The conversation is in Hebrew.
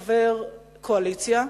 דיבר מעל הדוכן חבר קואליציה,